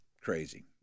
crazy